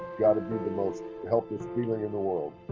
yeah to be the most helpless feeling in the world,